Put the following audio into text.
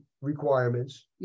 requirements